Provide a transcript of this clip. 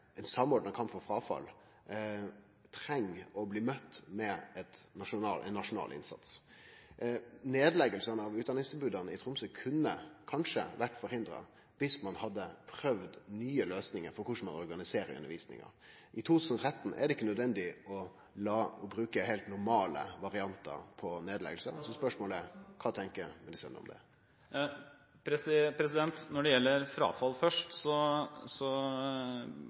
ein samordna kamp mot fråfall. Her trengst ein nasjonal innsats. Nedlegginga av utdanningstilboda i Tromsø kunne kanskje ha vore forhindra viss ein hadde prøvd nye løysingar for korleis ein organiserer undervisninga. I 2013 er det ikkje nødvendig å bruke heilt normale variantar på nedlegging. Spørsmålet er: Kva tenkjer kunnskapsministeren om det? Når det